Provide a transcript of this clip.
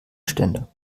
ständer